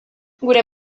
gure